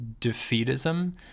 defeatism